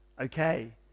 Okay